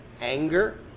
Anger